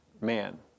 man